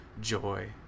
joy